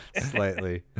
Slightly